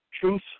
truth